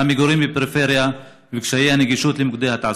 המגורים בפריפריה וקשיי הנגישות למוקדי התעסוקה,